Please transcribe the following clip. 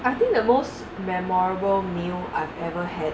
I think the most memorable meal I've ever had